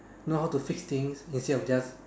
know how to fix things instead of just